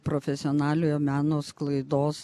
profesionaliojo meno sklaidos